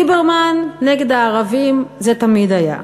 ליברמן נגד הערבים, זה תמיד היה.